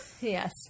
yes